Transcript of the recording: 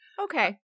Okay